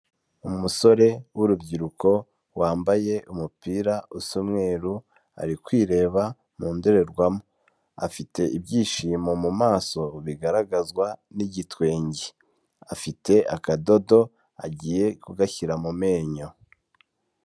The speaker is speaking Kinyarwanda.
Umusore w'urubyiruko wambaye umupira usa umweru ari kwireba mu ndorerwamo, afite ibyishimo mu maso bigaragazwa n'igitwenge, afite akadodo agiye kugashyira mu menyo.